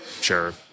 sure